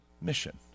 mission